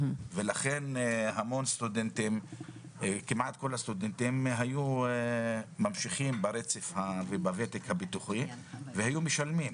לכן כמעט כל הסטודנטים היו ממשיכים בוותק הביטוחי והיו משלמים.